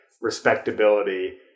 respectability